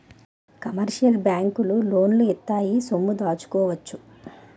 commercial బ్యాంకులు లోన్లు ఇత్తాయి సొమ్ము దాచుకోవచ్చు